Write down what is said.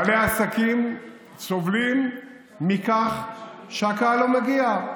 בעלי עסקים סובלים מכך שהקהל לא מגיע.